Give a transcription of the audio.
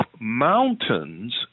mountains